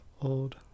old